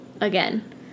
Again